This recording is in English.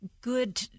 good